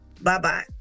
Bye-bye